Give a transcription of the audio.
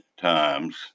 times